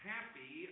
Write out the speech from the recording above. Happy